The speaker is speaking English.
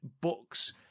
books